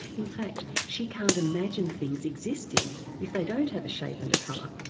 in fact she can't imagine things existing if they don't have a shape and a colour.